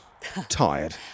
tired